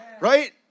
right